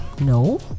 no